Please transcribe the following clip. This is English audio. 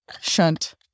shunt